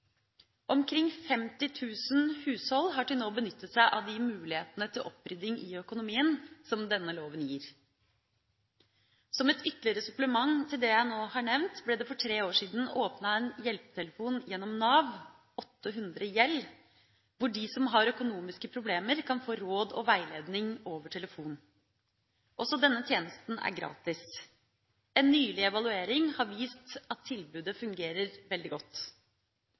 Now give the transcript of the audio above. Omkring 50 000 hushold har til nå benyttet seg av de mulighetene til opprydding i økonomien som denne loven gir. Som et ytterligere supplement til det jeg nå har nevnt, ble det for tre år siden åpnet en hjelpetelefon gjennom Nav, 800GJELD, der de som har økonomiske problemer, kan få råd og veiledning over telefon. Også denne tjenesten er gratis. En nylig evaluering har vist at tilbudet fungerer veldig godt.